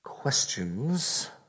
Questions